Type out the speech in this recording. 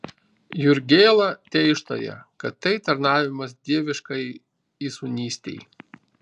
jurgėla teištarė kad tai tarnavimas dieviškajai įsūnystei